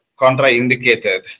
contraindicated